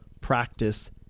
practice